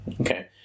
Okay